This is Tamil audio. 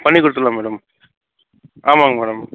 பண்ணிக் கொடுத்துட்லாம் மேடம் ஆமாங்க மேடம்